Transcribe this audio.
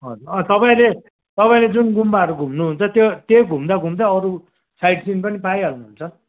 तपाईँले तपाईँले जुन गुम्बाहरू घुम्नु हुन्छ त्यो घुम्दा घुम्दा अरू साइट सिन पनि पाइहाल्नु हुन्छ